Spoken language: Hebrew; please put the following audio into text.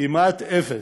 כמעט אפס.